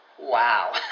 wow